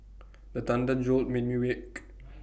the thunder jolt me awake